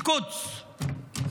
אל-קודס.